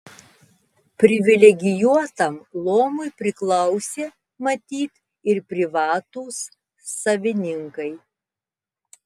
privilegijuotam luomui priklausė matyt ir privatūs savininkai